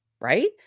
right